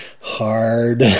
hard